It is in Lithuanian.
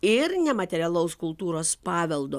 ir nematerialaus kultūros paveldo